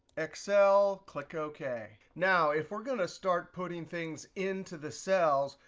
excel, click ok. now, if we're going to start putting things into the cells,